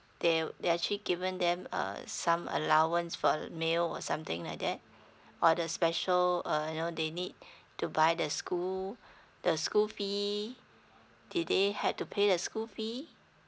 that that actually given them uh some allowance for meal or something like that or the special uh you know they need to buy the school the school fee did they had to pay the school fee